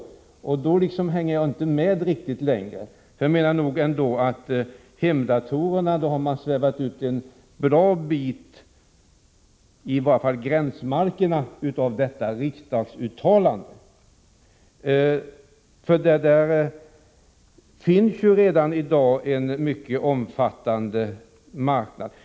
Det är då jag inte hänger med längre. När det gäller hemdatorerna har man svävat ut en bra bit i gränsmarkerna av riksdagsuttalandet. Där finns det redan i dag en mycket omfattande marknad.